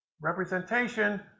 representation